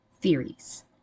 theories